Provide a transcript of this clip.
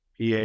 PA